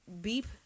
Beep